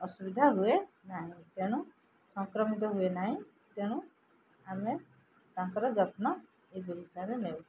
ଅସୁବିଧା ହୁଏ ନାହିଁ ତେଣୁ ସଂକ୍ରମିତ ହୁଏ ନାହିଁ ତେଣୁ ଆମେ ତାଙ୍କର ଯତ୍ନ ଏହିପରି ହିସାବରେ ନେଉ